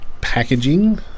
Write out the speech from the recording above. packaging